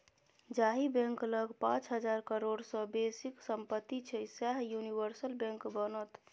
जाहि बैंक लग पाच हजार करोड़ सँ बेसीक सम्पति छै सैह यूनिवर्सल बैंक बनत